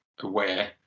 aware